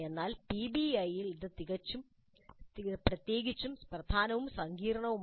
എന്നാൽ പിബിഐയിൽ ഇത് പ്രത്യേകിച്ചും പ്രധാനവും സങ്കീർണ്ണവുമാണ്